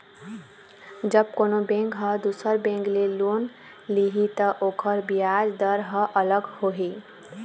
जब कोनो बेंक ह दुसर बेंक ले लोन लिही त ओखर बियाज दर ह अलग होही